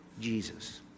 Jesus